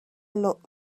look